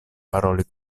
paroli